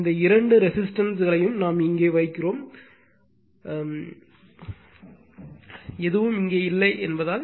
இந்த இரண்டு ரெசிஸ்டன்ஸ் யும் நாம் இங்கே வைக்கிறோம் நாம் எதுவும் இங்கே இல்லை என்பதால்